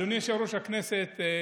אדוני יושב-ראש הכנסת,